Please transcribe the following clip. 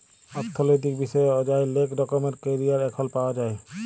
অথ্থলৈতিক বিষয়ে অযায় লেক রকমের ক্যারিয়ার এখল পাউয়া যায়